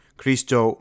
Christo